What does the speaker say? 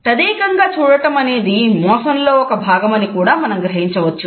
తదేకంగా చూడటం అనేది మోసంలో ఒక భాగమని కూడా మనం గ్రహించవచ్చు